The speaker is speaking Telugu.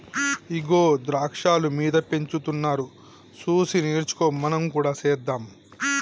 ఇగో ద్రాక్షాలు మీద పెంచుతున్నారు సూసి నేర్చుకో మనం కూడా సెద్దాం